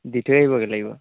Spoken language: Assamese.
দি থৈ আহিবগৈ লাগিব